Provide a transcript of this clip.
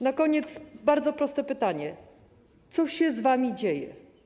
Na koniec bardzo proste pytanie: Co się z wami dzieje?